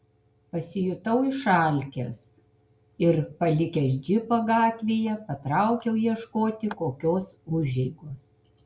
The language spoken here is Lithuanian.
pasijutau išalkęs ir palikęs džipą gatvėje patraukiau ieškoti kokios užeigos